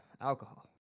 alcohol